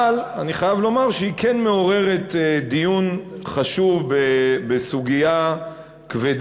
אבל אני חייב לומר שהיא כן מעוררת דיון חשוב בסוגיה כבדה